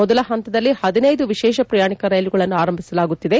ಮೊದಲ ಪಂತದಲ್ಲಿ ಪದಿನೈದು ವಿಶೇಷ ಪ್ರಯಾಣಿಕ ರೈಲುಗಳನ್ನು ಆರಂಭಿಸಲಾಗುತ್ತಿದೆ